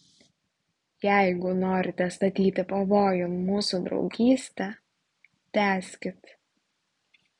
jeigu norite statyti pavojun mūsų draugystę tęskit